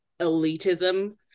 elitism